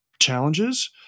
challenges